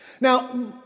Now